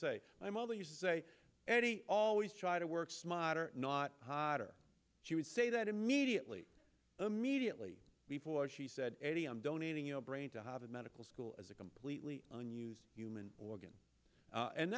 say my mother used to say always try to work smarter not harder she would say that immediately immediately before she said i'm donating your brain to harvard medical school is a completely on use human organ